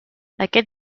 aquest